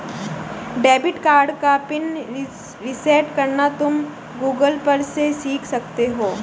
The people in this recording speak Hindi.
डेबिट कार्ड का पिन रीसेट करना तुम गूगल पर से सीख सकते हो